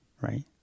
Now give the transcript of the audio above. right